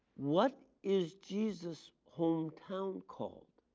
what is jesus hometown called?